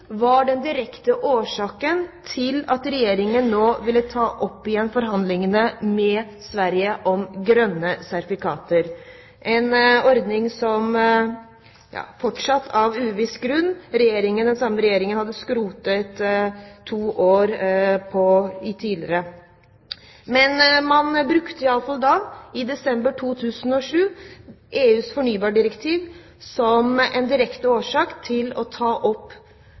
var den direkte årsaken til at regjeringen nå ville ta opp igjen forhandlingene med Sverige om grønne sertifikater, en ordning som – fortsatt av uviss grunn – den samme regjeringen hadde skrotet to år tidligere. Men man brukte i alle fall da, i desember 2007, EUs fornybardirektiv som en direkte årsak til å ta opp